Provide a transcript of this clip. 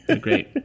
Great